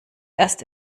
erst